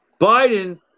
Biden